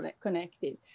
connected